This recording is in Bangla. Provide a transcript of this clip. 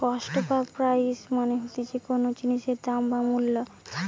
কস্ট বা প্রাইস মানে হতিছে কোনো জিনিসের দাম বা মূল্য